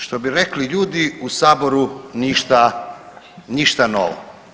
Što bi rekli ljudi u Saboru ništa novo.